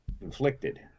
inflicted